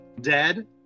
dead